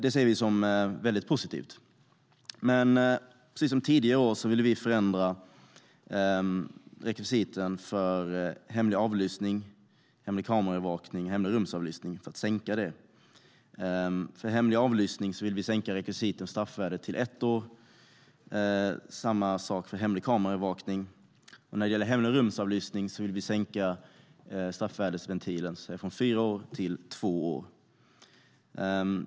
Detta ser vi som väldigt positivt. Precis som tidigare år ville vi dock sänka rekvisiten för hemlig avlyssning, hemlig kameraövervakning och hemlig rumsavlyssning. För hemlig avlyssning vill vi sänka rekvisit och straffvärde till ett år, samma sak för hemlig kameraövervakning. När det gäller hemlig rumsavlyssning vill vi sänka straffvärdesventilen från fyra år till två år.